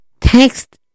text